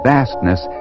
Vastness